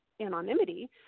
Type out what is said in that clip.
anonymity